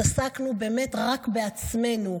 התעסקנו באמת רק בעצמנו.